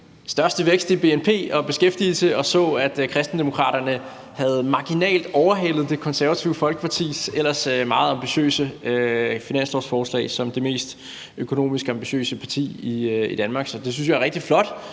størst vækst i bnp og beskæftigelsen, og så, at Kristendemokraterne marginalt havde overhalet Det Konservative Folkeparti, som ellers havde et meget ambitiøst finanslovsforslag, som det mest økonomisk ambitiøse parti i Danmark. Så det synes jeg er rigtig flot,